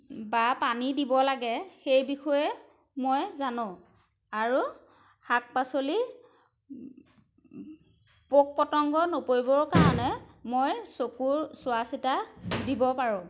বা পানী দিব লাগে সেই বিষয়ে মই জানো আৰু শাক পাচলি পোক পতংগ নপৰিবৰ কাৰণে মই চকুৰ চোৱা চিতা দিব পাৰোঁ